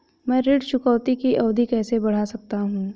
मैं ऋण चुकौती की अवधि कैसे बढ़ा सकता हूं?